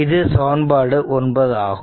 இது சமன்பாடு 9 ஆகும்